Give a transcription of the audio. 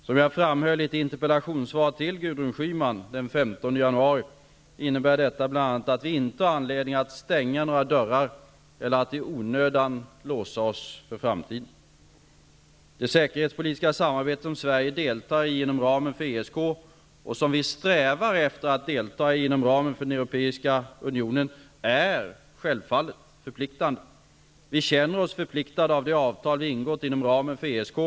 Som jag framhöll i ett interpellationssvar till Gudrun Schyman den 15 januari innebär detta bl.a., att vi inte har anledning att stänga några dörrar eller att i onödan låsa oss för framtiden. Det säkerhetspolitiska samarbete som Sverige deltar i inom ramen för ESK och som vi strävar efter att delta i inom ramen för Europeiska unionen är självfallet förpliktande. Vi känner oss förpliktade av de avtal vi ingått inom ramen för ESK.